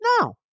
No